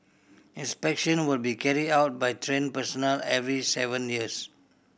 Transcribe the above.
inspection will be carried out by trained personnel every seven years